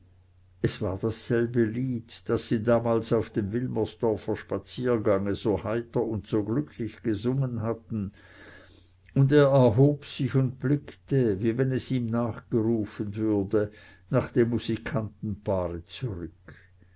es war dasselbe lied das sie damals auf dem wilmersdorfer spaziergange so heiter und so glücklich gesungen hatten und er erhob sich und blickte wie wenn es ihm nachgerufen würde nach dem musikantenpaare zurück